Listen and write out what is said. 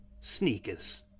Sneakers